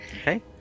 Okay